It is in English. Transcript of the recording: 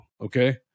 Okay